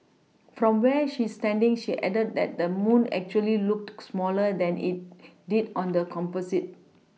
from where she's standing she added that the moon actually looked smaller than it did on the Composite